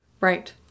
Right